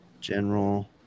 general